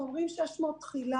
ואומרים 600 תחילה.